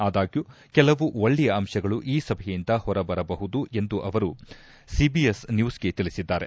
ಆದಾಗ್ಯೂ ಕೆಲವು ಒಕ್ಕೆಯ ಅಂಶಗಳು ಈ ಸಭೆಯಿಂದ ಹೊರಬರಬಹುದು ಎಂದು ಅವರು ಸಿಬಿಎಸ್ ನ್ಯೂಸ್ಗೆ ತಿಳಿಸಿದ್ದಾರೆ